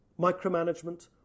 Micromanagement